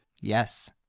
Yes